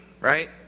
right